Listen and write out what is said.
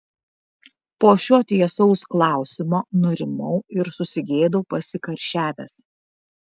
po šio tiesaus klausimo nurimau ir susigėdau pasikarščiavęs